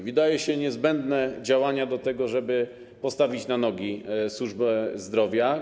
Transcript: Wydaje się, że są to niezbędne działania do tego, żeby postawić na nogi służbę zdrowia.